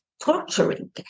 torturing